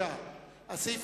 סעיף